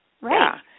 right